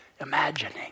Imagining